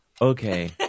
Okay